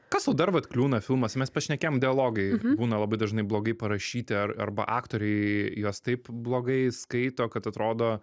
kas tau dar vat kliūna filmuos mes pašnekėjom dialogai būna labai dažnai blogai parašyti ar arba aktoriai juos taip blogai skaito kad atrodo